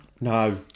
no